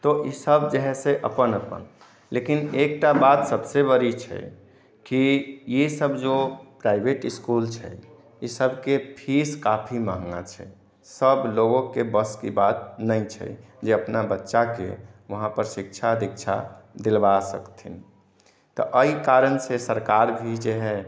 तऽ ईसब जे है अपन अपन लेकिन एकटा बात सबसे बड़ी छै की ईसब जो प्राइवेट इसकुल छै इसबके फीस काफी महँगा छै सब लोग के बस के बात नहि छै जे अपना बच्चा के वहाँ पर शिक्षा दीक्षा दिलवा सकथिन तऽ एहि कारण से सरकार भी जे है